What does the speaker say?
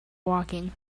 woking